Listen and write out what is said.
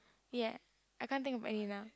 ya I can't think of any now